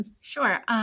Sure